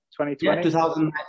2020